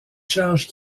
charges